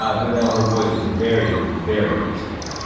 um but now her voice was very, very peaceful,